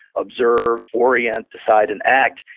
observe, orient, decide and act.